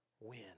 win